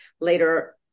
later